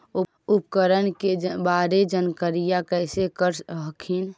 उपकरण के बारे जानकारीया कैसे कर हखिन?